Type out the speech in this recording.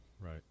Right